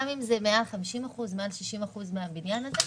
אם זה מעל 50 אחוזים ומעל 60 אחוזים מהבניין הזה.